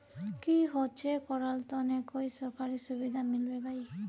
की होचे करार तने कोई सरकारी सुविधा मिलबे बाई?